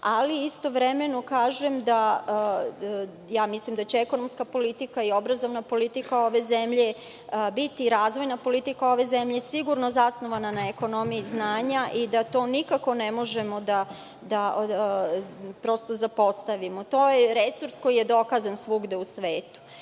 činimo. Istovremeno, mislim da će ekonomska politika, obrazovna politika ove zemlje biti razvojna politika ove zemlje i sigurno zasnovana na ekonomiji znanja. To nikako ne možemo da zapostavimo. To je resurs koji je dokazan svuda u svetu,